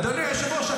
אדוני היושב-ראש,